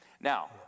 Now